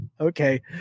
Okay